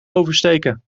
oversteken